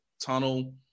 tunnel